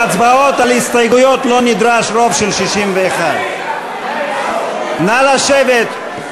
בהצבעות על הסתייגויות לא נדרש רוב של 61. נא לשבת.